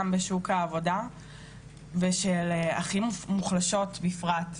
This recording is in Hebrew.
בשוק העבודה הרחב ושל הנשים הכי מוחלשות בפרט.